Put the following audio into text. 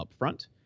upfront